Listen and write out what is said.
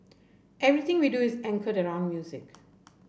everything we do is anchored around music